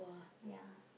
ya